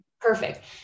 Perfect